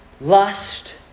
lust